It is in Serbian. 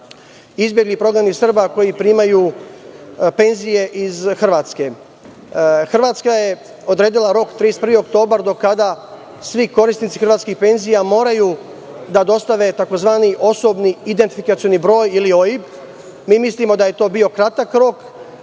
izbeglih i prognanih Srba koji primaju penzije iz Hrvatske. Hrvatska je odredila rok 31. oktobar do kada svi korisnici hrvatskih penzija moraju da dostave tzv. osobni identifikacioni broj ili OIB. Mi mislimo da je to bio kratak rok.